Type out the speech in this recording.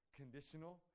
conditional